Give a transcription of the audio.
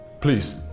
Please